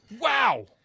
Wow